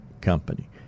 Company